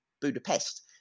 Budapest